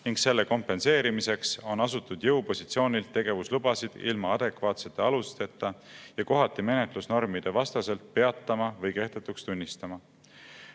ning selle kompenseerimiseks on asutud jõupositsioonilt tegevuslubasid ilma adekvaatsete alusteta ja kohati menetlusnormide vastaselt peatama või kehtetuks tunnistama.